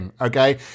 okay